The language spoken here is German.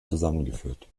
zusammengeführt